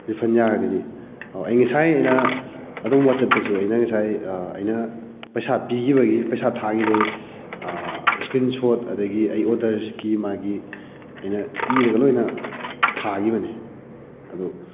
refund ꯌꯥꯔꯒꯗꯤ ꯑꯩ ꯉꯁꯥꯏꯅ ꯑꯗꯣꯝꯒꯤ ꯋꯥꯆꯞꯇꯁꯨ ꯑꯩꯅ ꯉꯁꯥꯏ ꯑꯩꯅ ꯄꯩꯁꯥ ꯄꯤꯈꯤꯕꯒꯤ ꯄꯩꯁꯥ ꯊꯥꯈꯤꯕꯒꯤ ꯏꯁꯀ꯭ꯔꯤꯟ ꯁꯣꯠ ꯑꯗꯨꯗꯒꯤ ꯑꯩ ꯑꯣꯗꯔꯁꯀꯤ ꯃꯥꯒꯤ ꯑꯩꯅ ꯏꯔꯒ ꯂꯣꯏꯅ ꯊꯥꯈꯤꯕꯅꯤ ꯑꯗꯨ